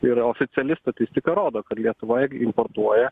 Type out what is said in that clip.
ir oficiali statistika rodo kad lietuva importuoja